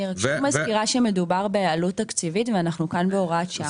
אני רק שוב מזכירה שמדובר בעלות תקציבית ואנחנו כאן בהוראת שעה.